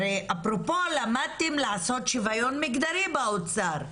הרי אפרופו, למדתם לעשות שוויון מגדרי באוצר.